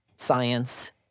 science